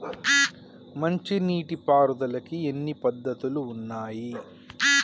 మంచి నీటి పారుదలకి ఎన్ని పద్దతులు ఉన్నాయి?